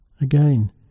Again